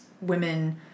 women